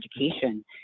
education